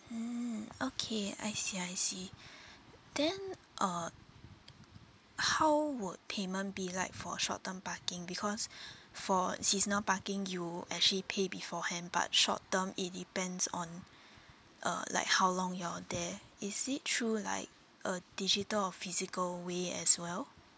hmm okay I see I see then uh how would payment be like for short term parking because for seasonal parking you actually pay beforehand but short term it depends on uh like how long you're there is it through like a digital or physical way as well